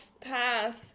path